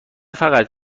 فقط